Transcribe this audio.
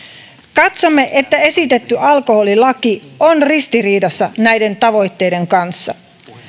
katsomme että esitetty alkoholilaki on ristiriidassa näiden tavoitteiden kanssa